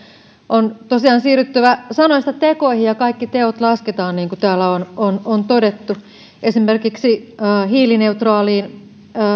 on tosiaan siirryttävä sanoista tekoihin ja kaikki teot lasketaan niin kuin täällä on on todettu esimerkiksi hiilineutraaliin